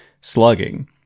slugging